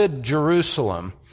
Jerusalem